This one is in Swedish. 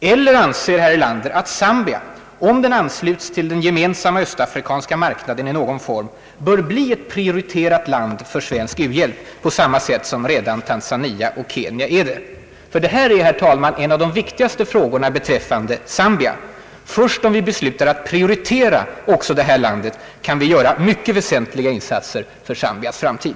Eller anser herr Erlander att Zambia, om denna stat ansluts till den gemensamma Östafrikanska marknaden i någon form, bör bli prioriterat för svensk u-hjälp på samma sätt som redan Tanzania och Kenya är det? Detta är, herr talman, en av de viktigaste frågorna beträffande Zambia. Först om vi beslutar att prioritera också det landet kan vi göra mycket väsentliga insatser för Zambias framtid.